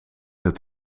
het